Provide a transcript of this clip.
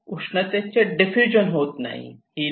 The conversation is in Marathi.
उष्णतेचे डिफ्युजन होत नाही